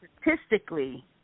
statistically